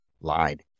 Lied